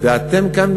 ואתם כאן,